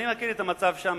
אני מכיר את המצב שם.